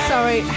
Sorry